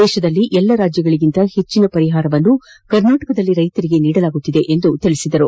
ದೇಶದಲ್ಲಿ ಎಲ್ಲಾ ರಾಜ್ಯಗಳಿಗಿಂತ ಹೆಚ್ಚಿನ ಪರಿಹಾರವನ್ನು ನಮ್ಮ ರಾಜ್ಯದಲ್ಲಿ ರೈತರಿಗೆ ನೀಡಲಾಗುತ್ತಿದೆ ಎಂದರು